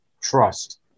trust